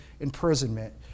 imprisonment